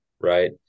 right